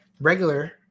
regular